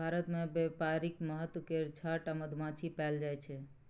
भारत मे बेपारिक महत्व केर छअ टा मधुमाछी पएल जाइ छै